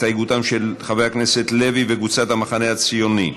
ההסתייגות של חבר הכנסת לוי וקבוצת המחנה הציוני,